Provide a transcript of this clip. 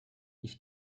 ich